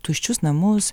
tuščius namus